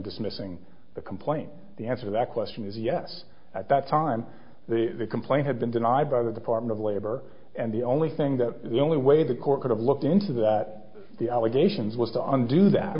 dismissing the complaint the answer that question is yes at that time the complaint had been denied by the department of labor and the only thing that the only way the court could have looked into that the allegations was on do that